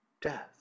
death